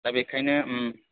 दा बेखायनो